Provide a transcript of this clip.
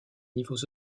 niveaux